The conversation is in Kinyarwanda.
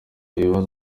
bibazo